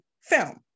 film